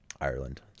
Ireland